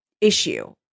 issue